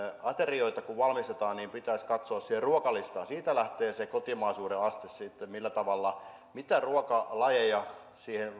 aterioita kun valmistetaan niin pitäisi katsoa siihen ruokalistaan siitä lähtee se kotimaisuuden aste sitten että mitä ruokalajeja